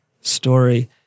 story